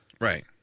Right